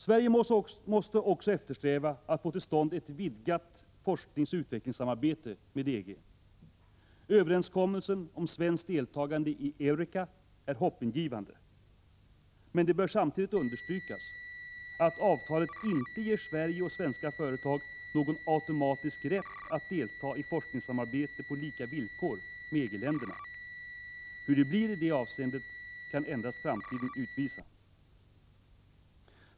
Sverige måste också eftersträva att få till stånd ett vidgat forskningsoch utvecklingssamarbete med EG. Överenskommelsen om svenskt deltagande i EUREKA är hoppingivande. Men det bör samtidigt understrykas, att avtalet inte ger Sverige och svenska företag någon automatisk rätt att delta i forskningssamarbetet på lika villkor med EG-länderna. Hur det blir i det avseendet kan endast framtiden utvisa.